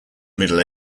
middle